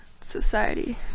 society